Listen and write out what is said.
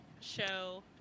show